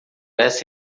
essa